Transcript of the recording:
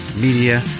Media